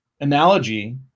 analogy